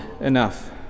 enough